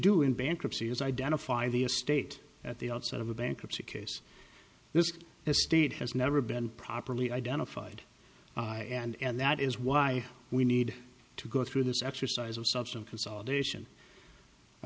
do in bankruptcy is identify the estate at the outset of a bankruptcy case this estate has never been properly identified and that is why we need to go through this exercise of substance consolidation i